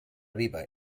viva